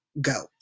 Go